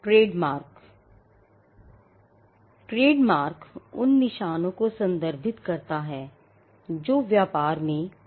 trademark उन निशानों को संदर्भित करता है जो व्यापार में उपयोग किए जाते हैं